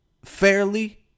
Fairly